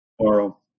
tomorrow